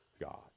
God